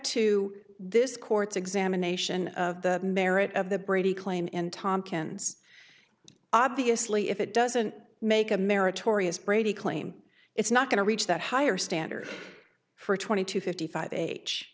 to this court's examination of the merit of the brady claim and tomkins obviously if it doesn't make a meritorious brady claim it's not going to reach that higher standard for twenty to fifty five age